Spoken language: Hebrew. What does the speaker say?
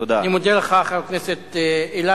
אני מודה לך, חבר הכנסת אילטוב.